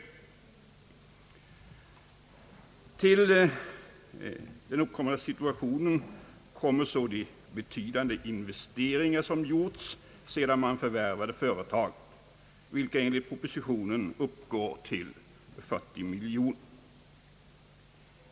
Till detta kommer så de betydande investeringar som gjorts sedan man förvärvade företaget, vilka enligt propositionen uppgår till 40 milj.kr.nor.